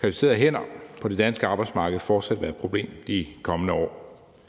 kvalificerede hænder på det danske arbejdsmarked fortsat være et problem de kommende år.